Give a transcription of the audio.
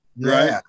Right